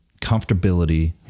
comfortability